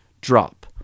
drop